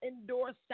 endorse